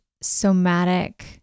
somatic